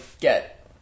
get